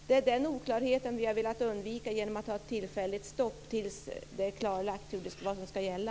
Det är denna oklarhet som vi har velat undvika genom att införa ett tillfälligt stopp tills det är klarlagt vad som ska gälla.